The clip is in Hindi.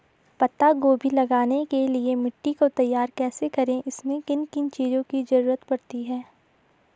पत्ता गोभी लगाने के लिए मिट्टी को तैयार कैसे करें इसमें किन किन चीज़ों की जरूरत पड़ती है?